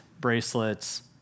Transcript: bracelets